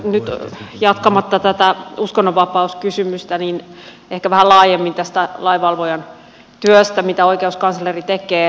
nyt jatkamatta tätä uskonnonvapauskysymystä ehkä vähän laajemmin tästä lainvalvojan työstä mitä oikeuskansleri tekee